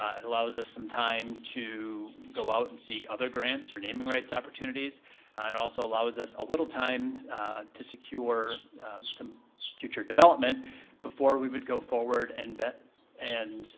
ah it allows us some time to go out and seek other grants or naming rights opportunities. it also allows us a little time to secure some future development before we would go forward and but and,